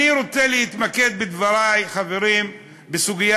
היבטים צרכניים, סוגיה